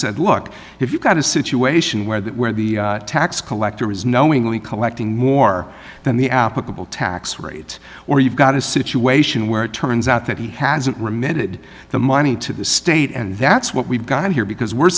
said look if you've got a situation where that where the tax collector is knowingly collecting more than the applicable tax rate or you've got a situation where it turns out that he hasn't remitted the money to the state and that's what we've got here because we're